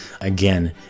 again